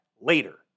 later